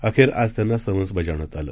अखेरआजत्यांनासमन्सबजावण्यातआलं